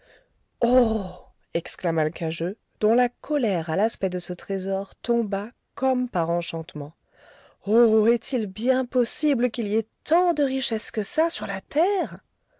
exclama l'cageux dont la colère à l'aspect de ce trésor tomba comme par enchantement oh est-il bien possible qu'il y ait tant de richesses que ça sur la terre